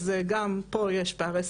גם פה יש פערי שכר.